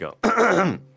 go